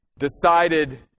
decided